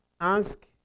Ask